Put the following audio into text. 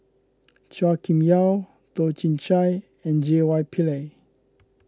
Chua Kim Yeow Toh Chin Chye and J Y Pillay